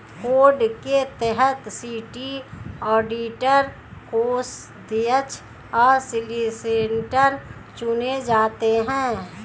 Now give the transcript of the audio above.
code के तहत city auditor, कोषाध्यक्ष और सॉलिसिटर चुने जाते हैं